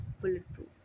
bulletproof